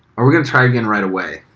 are we gonna try again right away?